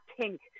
pink